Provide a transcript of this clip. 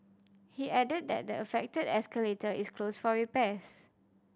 he added that the affected escalator is closed for repairs